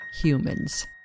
humans